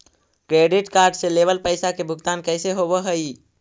Credit card से लेवल पैसा के भुगतान कैसे होव हइ?